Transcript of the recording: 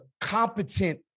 competent